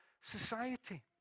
society